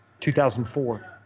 2004